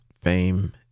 fame